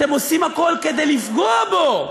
אתם עושים הכול כדי לפגוע בו.